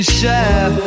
share